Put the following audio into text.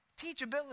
Teachability